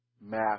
math